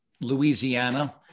Louisiana